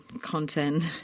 content